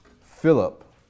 Philip